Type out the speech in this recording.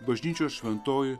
bažnyčios šventoji